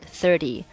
thirty